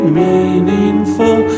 meaningful